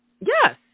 Yes